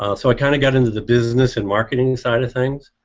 ah so i kind of got into the business and marketing side of things.